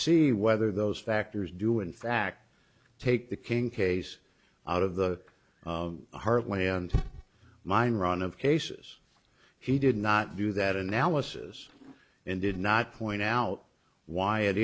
see whether those factors do in fact take the king case out of the heartland mine run of cases he did not do that analysis and did not point out why it